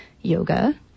yoga